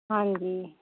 ਹਾਂਜੀ